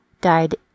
died